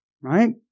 right